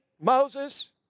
Moses